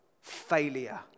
failure